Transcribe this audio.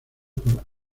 por